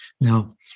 Now